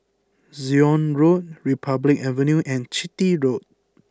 Zion Road Republic Avenue and Chitty Road